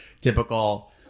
typical –